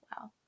Wow